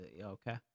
Okay